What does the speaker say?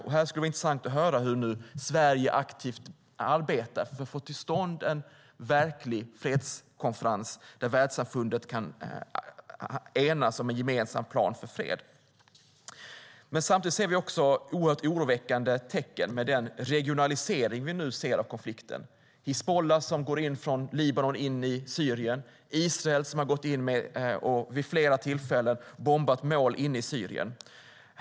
Det skulle vara intressant att höra hur Sverige aktivt arbetar för att få till stånd en verklig fredskonferens där världssamfundet kan enas om en gemensam plan för fred. Samtidigt är den regionalisering av konflikten som vi nu ser oroväckande. Hizbullah går från Libanon in i Syrien. Israel har vid flera tillfällen bombat mål inne i Syrien.